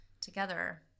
together